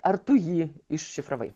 ar tu jį iššifravai